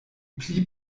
pli